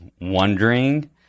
wondering